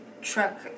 truck